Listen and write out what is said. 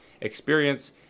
experience